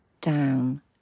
down